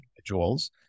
individuals